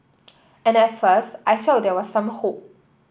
and at first I felt there was some hope